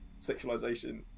sexualization